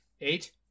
Eight